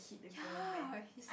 ya he's